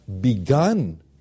begun